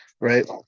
right